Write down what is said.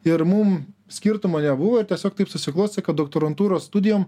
ir mum skirtumo nebuvo ir tiesiog taip susiklostė kad doktorantūros studijom